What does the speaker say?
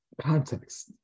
context